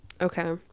okay